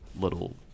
little